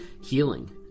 healing